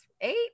eight